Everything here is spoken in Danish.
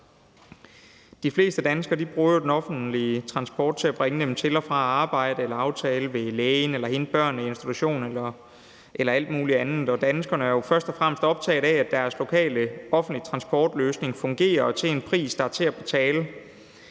De fleste danskere bruger jo den offentlige transport til at bringe sig til og fra arbejde, til en aftale ved lægen eller til at hente børn i institution eller alt muligt andet, og danskerne er jo først og fremmest optaget af, at deres lokale offentlige transportløsning fungerer og gør det til en pris, der er til at betale.